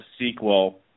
sequel